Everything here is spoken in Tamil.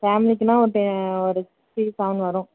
ஃபேமிலிக்குனால் ஒரு டெ ஒரு த்ரீ செவென் வரும்